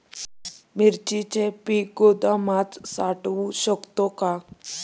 मिरचीचे पीक गोदामात साठवू शकतो का?